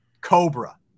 Cobra